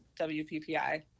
WPPI